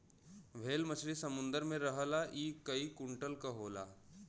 whale मछरी समुंदर में रहला इ कई कुंटल क होला